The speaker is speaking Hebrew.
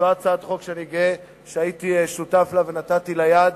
זו הצעת חוק שאני גאה שהייתי שותף לה ונתתי לה יד.